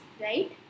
right